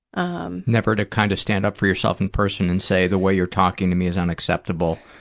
um never to kind of stand up for yourself in person and say, the way you're talking to me is unacceptable,